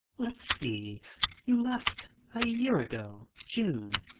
let's see you left a year ago june,